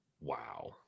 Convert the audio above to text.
Wow